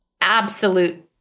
absolute